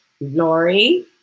Lori